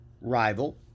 rival